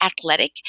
athletic